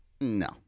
no